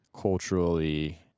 culturally